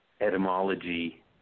etymology